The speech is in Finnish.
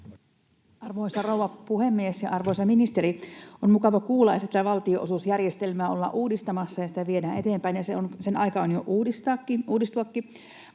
Arvoisa rouva puhemies! Arvoisa ministeri! On mukava kuulla, että valtionosuusjärjestelmää ollaan uudistamassa ja sitä viedään eteenpäin, ja sen aika on jo uudistuakin.